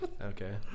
Okay